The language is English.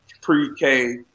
pre-K